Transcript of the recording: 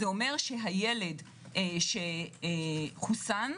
זה אומר שהילד שחוסן,